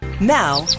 Now